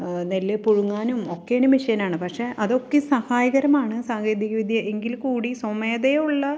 നെല്ല് പുഴുങ്ങാനും ഒക്കേനും മെഷീൻ ആണ് പക്ഷെ അതൊക്കെ സഹായകരമാണ് സാങ്കേതികവിദ്യ എങ്കിൽകൂടി സ്വമേധയുള്ള